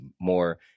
more